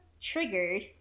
triggered